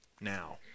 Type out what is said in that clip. now